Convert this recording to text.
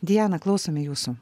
diana klausome jūsų